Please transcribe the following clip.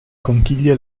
conchiglie